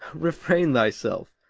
refrain thyself,